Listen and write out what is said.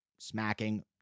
Smacking